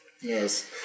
Yes